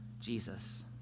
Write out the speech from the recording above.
Jesus